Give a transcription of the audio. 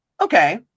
okay